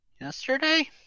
yesterday